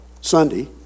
Sunday